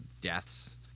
deaths